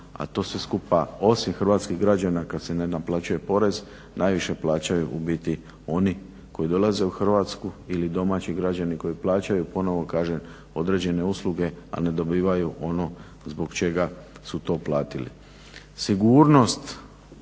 a to sve skupa osim hrvatskih građana kad se ne naplaćuje porez najviše plaćaju u biti oni koji dolaze u Hrvatsku ili domaći građani koji plaćaju ponovno kažem određene usluge, a ne dobivaju ono zbog čega su to platili. Sigurnost